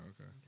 okay